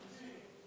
סדר-היום.